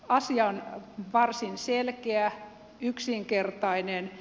asia on varsin selkeä yksinkertainen